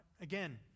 Again